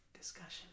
discussion